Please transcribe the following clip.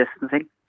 distancing